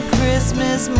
Christmas